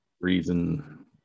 reason